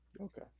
Okay